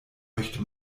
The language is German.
möchte